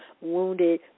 wounded